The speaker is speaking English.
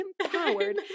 empowered